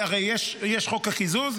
הרי יש את חוק הקיזוז,